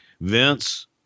Vince